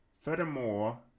Furthermore